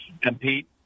compete